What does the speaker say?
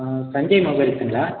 ஆ Sanjay மொபைல்ஸுங்களா